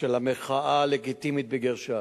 של המחאה "הלגיטימית" בגרשיים,